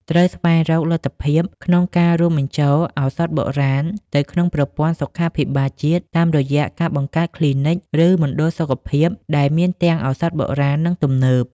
ត្រូវស្វែងរកលទ្ធភាពក្នុងការរួមបញ្ចូលឱសថបុរាណទៅក្នុងប្រព័ន្ធសុខាភិបាលជាតិ តាមរយៈការបង្កើតគ្លីនិក ឬមណ្ឌលសុខភាពដែលមានទាំងឱសថបុរាណ និងទំនើប។